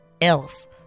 else